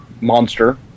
monster